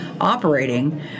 operating